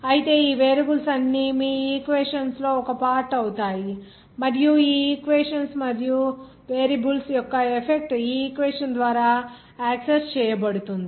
అయితే ఈ వేరియబుల్స్ అన్నీ మీ ఈక్వేషన్స్ లలో ఒక పార్ట్ అవుతాయి మరియు మీ ఈక్వేషన్స్ మరియు ఆ వేరియబుల్స్ యొక్క ఎఫెక్ట్ ఈ ఈక్వేషన్ ద్వారా యాక్సెస్ చేయబడుతుంది